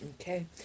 Okay